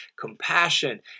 compassion